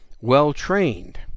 well-trained